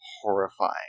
horrifying